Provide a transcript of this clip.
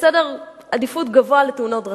בסדר עדיפות גבוה, לתאונות דרכים: